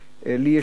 לי יש הזכות,